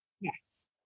Yes